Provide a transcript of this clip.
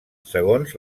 segons